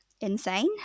insane